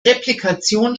replikation